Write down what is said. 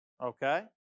Okay